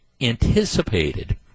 anticipated